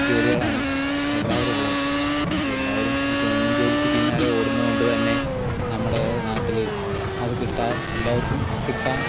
ജോലികളാണ് എല്ലാവിടേയും ഉള്ളത് പക്ഷേ എല്ലാവരും ഈ ഗവൺമെന്റ് ജോലിക്ക് പിന്നാലെ ഓടുന്നത് കൊണ്ട് തന്നെ നമ്മുടെ നാട്ടിൽ അത് കിട്ടാ എല്ലാവർക്കും കിട്ടാൻ